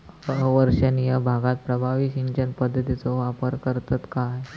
अवर्षणिय भागात प्रभावी सिंचन पद्धतीचो वापर करतत काय?